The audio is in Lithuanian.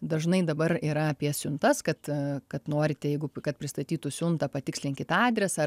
dažnai dabar yra apie siuntas kad kad norite jeigu kad pristatytų siuntą patikslinkit adresą